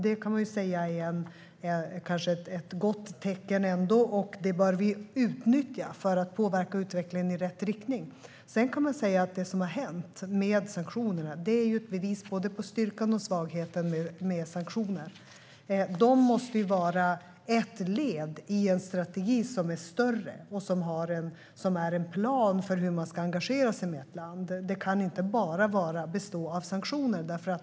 Det kan kanske ändå sägas vara ett gott tecken, och det bör vi utnyttja för att påverka utvecklingen i rätt riktning. Sedan kan man säga att det som har hänt med sanktionerna är ett bevis på både styrkan och svagheten med sanktioner. De måste ju vara ett led i en strategi som är större och som är en plan för hur man ska engagera sig i ett land. Det kan inte bara bestå av sanktioner.